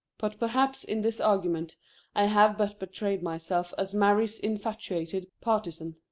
but perhaps in this argument i have but betrayed myself as mary's infatuated partisan.